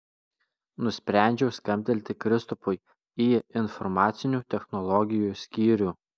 nusprendžiau skambtelti kristupui į informacinių technologijų skyrių